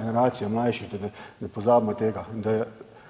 generacija mlajših, da ne pozabimo tega. In da